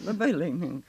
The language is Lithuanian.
labai laiminga